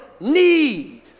need